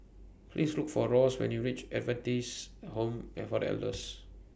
Please Look For Ross when YOU REACH Adventist Home and For Elders